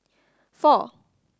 four